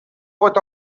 pot